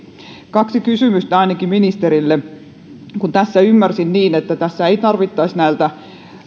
kaksi kysymystä ministerille ymmärsin niin että tässä ei tarvittaisi näiltä